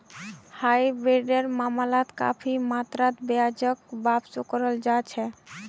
हाइब्रिडेर मामलात काफी मात्रात ब्याजक वापसो कराल जा छेक